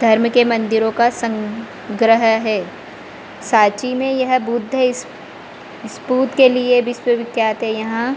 धर्म के मंदिरों का संग्रह है साची में यह बुद्ध इस स्तूप के लिए विश्व विख्यात है यहाँ